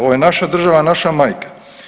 Ovo je naša država, naša majka.